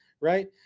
Right